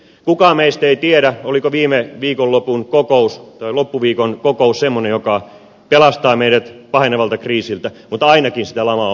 kukaan meistä ei tiedä oliko viime loppuviikon kokous semmoinen joka pelastaa meidät pahenevalta kriisiltä mutta ainakin sitä lamaa on pyritty estämään